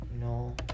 No